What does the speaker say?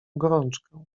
gorączkę